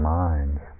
minds